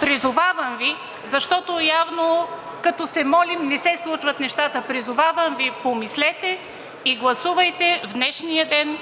призовавам Ви, защото явно, като се молим, не се случват нещата, призовавам Ви, помислете и гласувайте в днешния ден